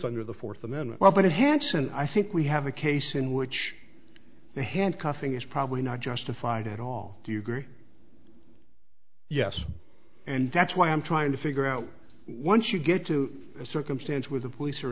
under the fourth amendment robin hanson i think we have a case in which the handcuffing is probably not justified at all do you agree yes and that's why i'm trying to figure out once you get to a circumstance where the police are